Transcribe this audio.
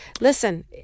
listen